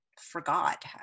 forgot